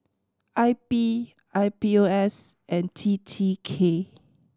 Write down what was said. I B I B O S and T T K